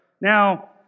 Now